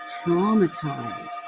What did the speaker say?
traumatized